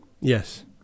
yes